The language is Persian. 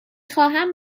خواهم